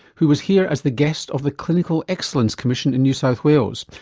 who was here as the guest of the clinical excellence commission in new south wales.